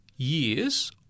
Years